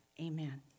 amen